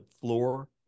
floor